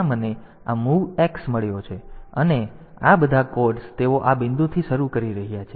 તેથી ત્યાં મને આ મૂવ X મળ્યો છે અને આ બધા કોડ્સ તેઓ આ બિંદુથી શરૂ કરી રહ્યા છે